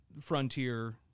frontier